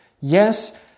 Yes